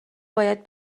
باید